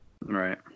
Right